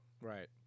Right